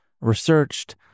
researched